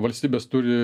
valstybės turi